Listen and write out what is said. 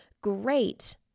great